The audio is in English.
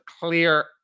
clear